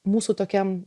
mūsų tokiam